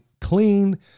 clean